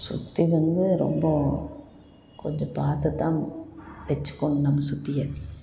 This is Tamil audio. சுத்தி வந்து ரொம்ப கொஞ்சம் பார்த்துதான் வெச்சுக்கணும் நம்ம சுத்தியலை